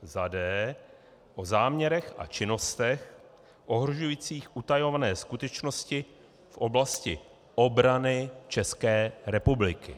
d) o záměrech a činnostech ohrožujících utajované skutečnosti v oblasti obrany České republiky.